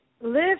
live